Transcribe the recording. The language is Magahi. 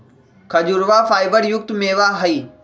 खजूरवा फाइबर युक्त मेवा हई